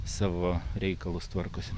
savo reikalus tvarkosi